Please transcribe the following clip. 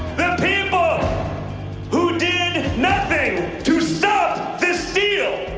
people who did nothing to stop this steal.